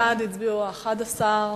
בעד הצביעו 11,